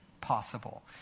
possible